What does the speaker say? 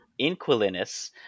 Inquilinus